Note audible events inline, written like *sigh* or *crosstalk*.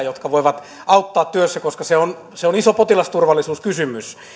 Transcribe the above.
*unintelligible* jotka voivat auttaa työssä koska se on se on iso potilasturvallisuuskysymys